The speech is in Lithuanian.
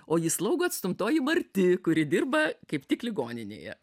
o ji slaugo atstumtoji marti kuri dirba kaip tik ligoninėje